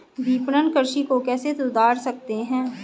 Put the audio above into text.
विपणन कृषि को कैसे सुधार सकते हैं?